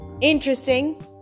interesting